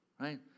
right